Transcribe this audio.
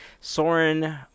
Soren